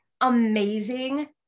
amazing